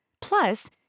Plus